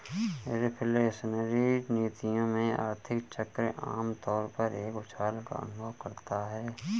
reflationary नीतियों में, आर्थिक चक्र आम तौर पर एक उछाल का अनुभव करता है